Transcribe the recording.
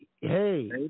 Hey